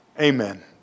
Amen